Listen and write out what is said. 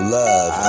love